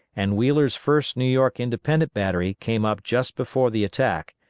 and wheeler's first new york independent battery came up just before the attack,